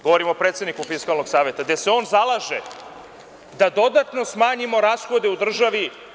Govorim o predsedniku Fiskalnog saveta, gde se on zalaže da dodatno smanjimo rashode u državi.